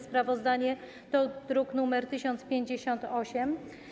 Sprawozdanie to druk nr 1058.